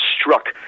struck